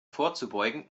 vorzubeugen